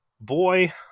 Boy